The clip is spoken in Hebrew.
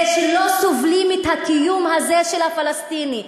זה שלא סובלים את הקיום הזה של הפלסטיני.